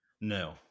No